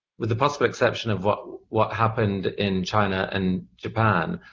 with the possible exception of what happened in china and japan,